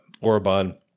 Orban